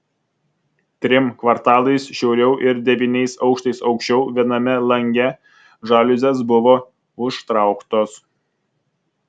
trim kvartalais šiauriau ir devyniais aukštais aukščiau viename lange žaliuzės buvo užtrauktos